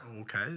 Okay